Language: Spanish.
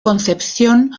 concepción